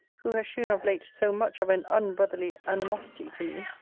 who has shewn of late so much of an unbrotherly animosity to me,